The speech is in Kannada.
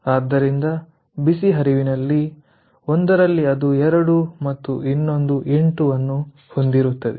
ಆದ್ದರಿಂದ ಬಿಸಿ ಹರಿವಿನಲ್ಲಿ ಒಂದರಲ್ಲಿ ಅದು 2 ಮತ್ತು ಇನ್ನೊಂದು 8 ಅನ್ನು ಹೊಂದಿರುತ್ತದೆ